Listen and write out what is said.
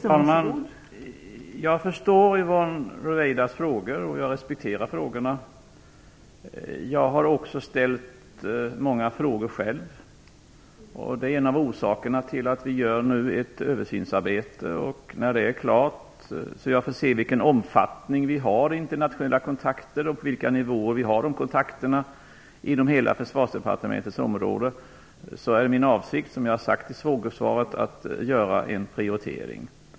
Fru talman! Jag förstår Yvonne Ruwaidas frågor, och jag respekterar dem. Jag har också ställt många frågor själv. Det är en av orsakerna till att vi nu gör ett översynsarbete. När det är klart och jag får se i vilken omfattning vi har internationella kontakter och på vilka nivåer vi har dessa kontakter inom hela Försvarsdepartementets område är det min avsikt, som jag har sagt i frågesvaret, att göra en prioritering.